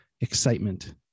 excitement